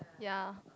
ya